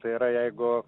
tai yra jeigu